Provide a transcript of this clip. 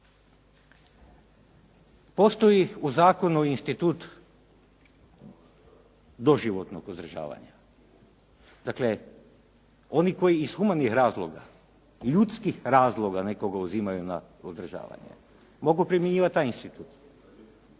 Postoji u zakonu institut doživotnog uzdržavanja, dakle, oni koji iz humanih razloga, ljudskih razloga nekoga uzimaju na uzdržavanje, mogu primjenjivati taj institut,